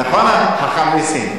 נכון, חכם נסים?